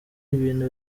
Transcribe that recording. ibintu